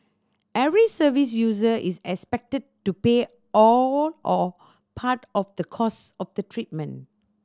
every service user is expected to pay all or part of the cost of the treatment